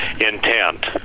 intent